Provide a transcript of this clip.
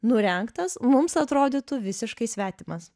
nurengtas mums atrodytų visiškai svetimas